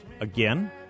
Again